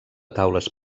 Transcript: taules